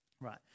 right